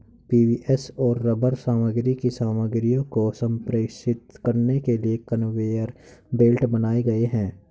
PVC और rubber सामग्री की सामग्रियों को संप्रेषित करने के लिए कन्वेयर बेल्ट बनाए गए हैं